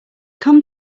come